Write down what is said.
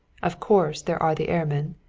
of course there are the airmen.